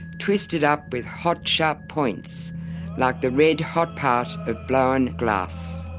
twisted up with hot sharp points like the red hot part of blown glass.